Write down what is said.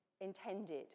intended